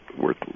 worth